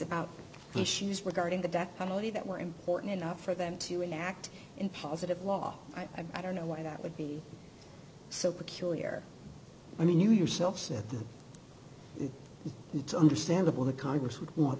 about issues regarding the death penalty that were important enough for them to enact in positive law i don't know why that would be so peculiar i mean you yourself said it's understandable that congress would want